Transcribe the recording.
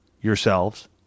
yourselves